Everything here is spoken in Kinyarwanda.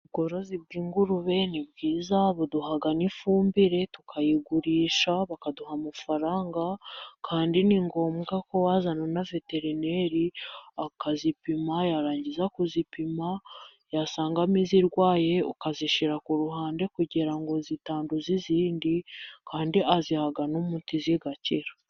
Ubworozi bw'ingurube ni bwiza, buduhaha n'ifumbire tukayigurisha, bakaduha amafaranga, kandi ni ngombwa ko wazana na veterineri akazipima, yarangiza kuzipima, yasangamo izirwaye ukazishyira ku ruhande kugira ngo zitanduza izindi, kandi aziha n'umuti zigakira.